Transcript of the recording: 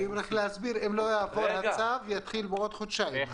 רק להסביר: אם הצו לא יעבור זה יתחיל בעוד חודשיים.